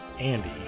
Andy